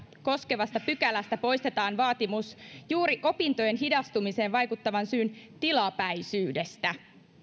koskevasta pykälästä poistetaan vaatimus juuri opintojen hidastumiseen vaikuttavan syyn tilapäisyydestä